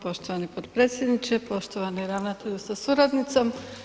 Poštovani potpredsjedniče, poštovani ravnatelju sa suradnicom.